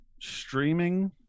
streaming